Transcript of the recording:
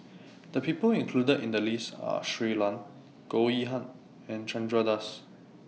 The People included in The list Are Shui Lan Goh Yihan and Chandra Das